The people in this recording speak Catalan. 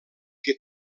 que